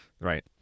Right